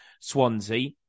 Swansea